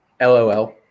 LOL